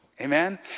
Amen